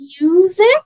Music